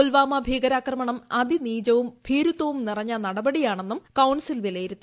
പുൽവാമ ഭീകരാക്രമണം അതിനീചവും ഭീരുത്വവും നിറഞ്ഞ നടപടിയാണെന്നും കൌൺസിൽ വിലയിരുത്തി